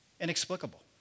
inexplicable